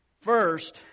first